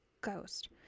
ghost